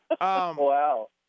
wow